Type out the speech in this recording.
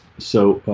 so